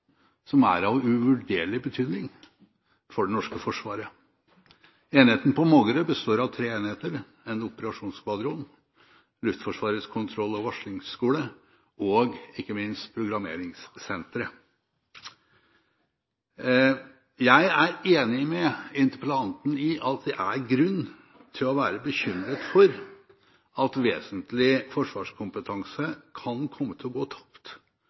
som er av uvurderlig betydning for det norske forsvaret. Stasjonen på Mågerø består av tre enheter, en operasjonsskvadron, Luftforsvarets kontroll- og varslingsskole og, ikke minst, programmeringssenteret. Jeg er enig med interpellanten i at det er grunn til å være bekymret for at vesentlig forsvarskompetanse kan komme til å gå tapt